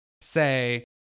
say